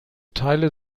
teile